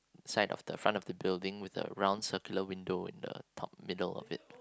side of the front of the building with the round circular window in the top middle of it